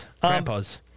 Grandpa's